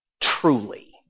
Truly